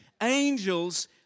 Angels